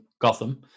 Gotham